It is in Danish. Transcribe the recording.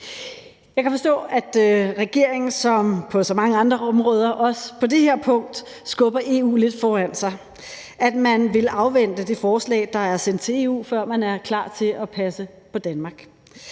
Jeg kan forstå, at regeringen ligesom på så mange andre områder også på det her punkt skubber EU lidt foran sig, og at man vil afvente det forslag, der er sendt til EU, før man er klar til at passe på Danmark.